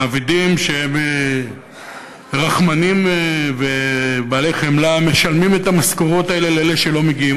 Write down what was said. מעבידים שהם רחמנים ובעלי חמלה משלמים את המשכורות לאלה שלא מגיעים,